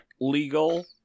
legal